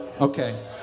Okay